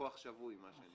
כלקוח שבוי.